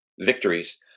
victories